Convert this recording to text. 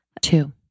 Two